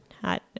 Hot